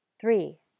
Three